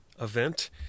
event